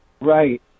Right